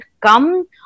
come